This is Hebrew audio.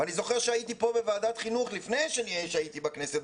אני זוכר שהייתי כאן בוועדת חינוך לפני שנכנסתי לכנסת,